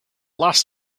last